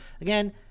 again